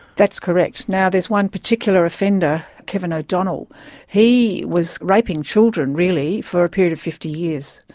that's correct. now, there's one particular offender, kevin o'donnell he was raping children, really, for a period of fifty years.